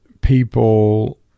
people